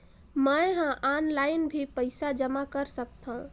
मैं ह ऑनलाइन भी पइसा जमा कर सकथौं?